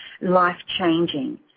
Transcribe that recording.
life-changing